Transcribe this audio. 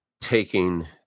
taking